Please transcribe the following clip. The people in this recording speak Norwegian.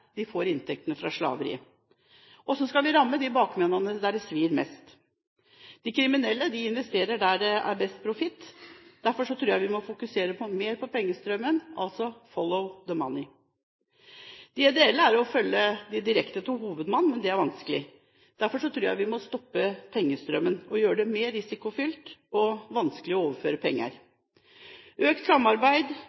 de får inntektene fra slaveriet. Hvordan skal vi ramme bakmennene der det svir mest? De kriminelle investerer der det er best profitt. Derfor tror jeg vi må fokusere mer på pengestrømmen, altså: «Follow the money.» Det ideelle er å følge pengene direkte til hovedmannen, men det er vanskelig. Derfor tror jeg vi må stoppe pengestrømmen ved å gjøre det mer risikofylt og vanskelig å overføre penger.